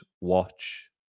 watch